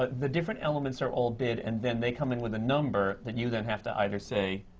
but the different elements are all bid, and then they come in with a number that you then have to either say,